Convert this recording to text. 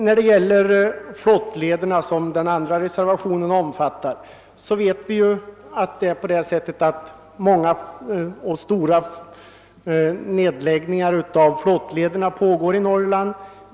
När det gäller flottlederna, som reservationen 2 avser, så vet vi att många nedläggningar av flottleder pågår i Norrland.